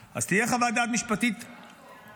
אז תהיה חוות דעת משפטית נוספת,